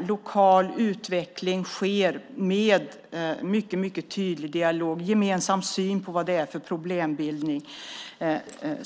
lokal utveckling sker med hjälp av en mycket, mycket tydlig dialog och en gemensam syn på var problemen ligger.